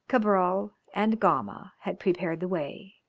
cabral, and gama, had prepared the way,